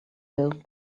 built